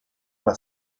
alla